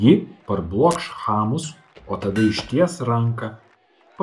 ji parblokš chamus o tada išties ranką